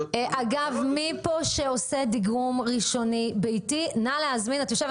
מי פה שעושה דיגום ראשוני ביתי נא להזמין את יושבת